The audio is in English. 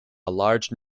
large